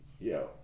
yo